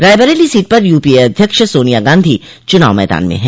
Raebareli seat पर UPA अध्यक्ष सोनिया गांधी चुनाव मैदान में हैं